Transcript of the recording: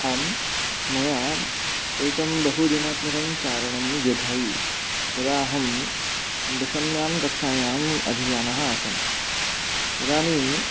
आं मया एकं बहुदिनात्मकं चारणं व्यधायि यदा अहं दशम्यां कक्षायाम् अधीयानः आसं तदानीं